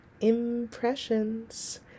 impressions